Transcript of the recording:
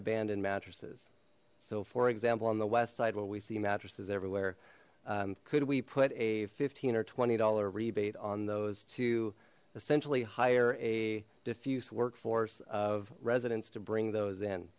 abandoned mattresses so for example on the west side when we see mattresses everywhere could we put a fifteen or twenty dollar rebate on those two essentially hire a diffuse workforce of residents to bring those in